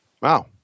Wow